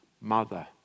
mother